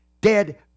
dead